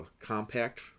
compact